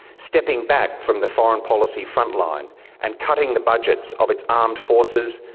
stepping back from the foreign policy front line and cutting the budgets of its armed forces,